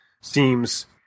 seems